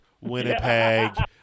Winnipeg